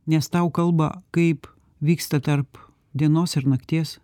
nes tau kalba kaip vyksta tarp dienos ir nakties